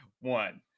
one